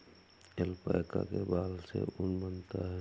alpaca के बाल से ऊन बनता है